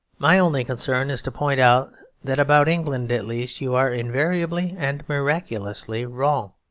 my only concern is to point out that about england, at least, you are invariably and miraculously wrong.